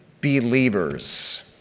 believers